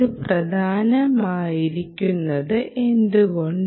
ഇത് പ്രധാനമായിരിക്കുന്നത് എന്തുകൊണ്ട്